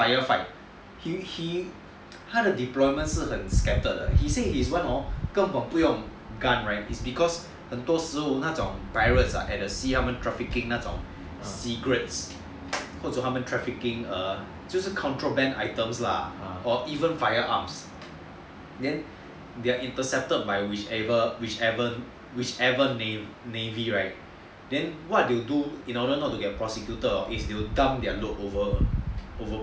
fire fight 他的 deployment 是很 scattered he say his one hor 根本不用 gun right because 很多时候那种 pirates ah at the sea 他们 trafficking 那种 cigarettes 或者他们 trafficking 那种 banned items lah or even firearms then it will be settled by whichever navy right then what they will do in order not to get prosecuted is to dump their load over